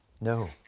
No